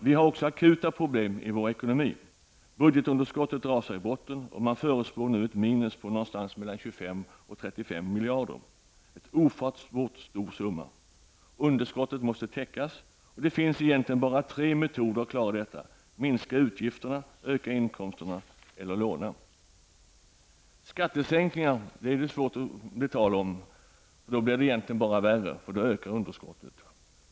Vi har även akuta problem i vår ekonomi. Budgetunderskottet rasar i botten, och man förutspår nu ett minus på 25--35 miljarder, en ofattbart stor summa. Underskottet måste täckas, och det finns egentligen bara tre metoder att klara detta, genom att minska utgifterna, genom att öka inkomsterna eller genom att låna. Skattesänkningar kan det knappast bli tal om, eftersom det då bara blir värre. Och då ökar underskotten.